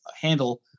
handle